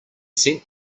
sent